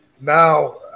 now